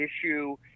issue